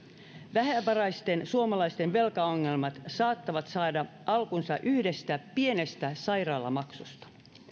vähävaraisten suomalaisten velkaongelmat saattavat saada alkunsa yhdestä pienestä sairaalamaksusta